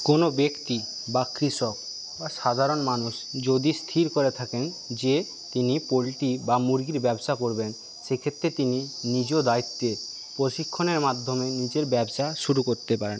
কোন ব্যক্তি বা কৃষক বা সাধারণ মানুষ যদি স্থির করে থাকেন যে তিনি পোলট্রি বা মুরগির ব্যবসা করবেন সেক্ষেত্রে তিনি নিজ দায়িত্বে প্রশিক্ষণের মাধ্যমে নিজের ব্যবসা শুরু করতে পারেন